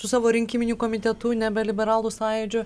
su savo rinkiminiu komitetu nebe liberalų sąjūdžiu